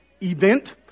event